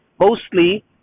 mostly